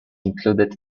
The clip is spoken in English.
included